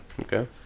Okay